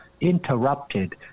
interrupted